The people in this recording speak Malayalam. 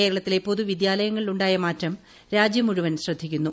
കേരളത്തില്പ്പൂ പൊതുവിദ്യാലയങ്ങളിൽ ഉണ്ടായ മാറ്റം രാജ്യം മുഴുവനും ശ്രദ്ധീക്കുന്നു